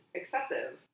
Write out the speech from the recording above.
excessive